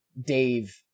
Dave